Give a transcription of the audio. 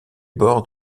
bords